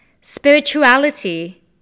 spirituality